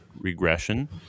regression